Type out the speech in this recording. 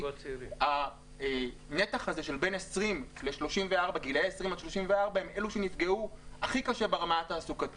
כי הנתח הזה של גילאי 20 עד 34 הם אלו שנפגעו הכי קשה ברמה התעסוקתית,